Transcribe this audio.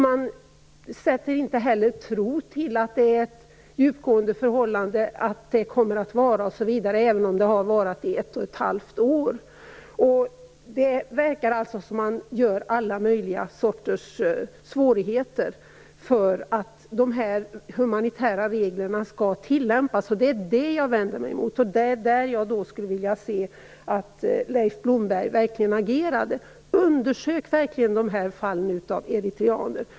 Man sätter inte heller någon tilltro till att det är fråga om djupgående förhållanden som kommer att vara, även om det har varat i ett och ett halvt år. Det verkar alltså som om man gör alla möjliga sorters svårigheter för att de humanitära reglerna skall kunna tillämpas. Det är det jag vänder mig mot. Där skulle jag vilja se Leif Blomberg agera. Undersök dessa fall med eritreaner!